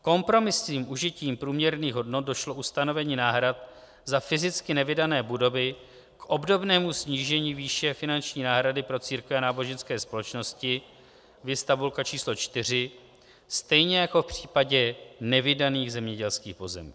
Kompromisním užitím průměrných hodnot došlo u stanovení náhrad za fyzicky nevydané budovy k obdobnému snížení výše finanční náhrady pro církve a náboženské společnosti, viz tabulka č. 4, stejně jako v případě nevydaných zemědělských pozemků.